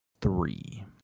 three